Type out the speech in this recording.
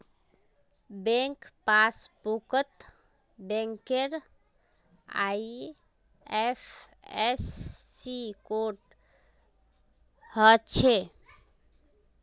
bank पासबुकत बैंकेर IFSC code हछे